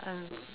um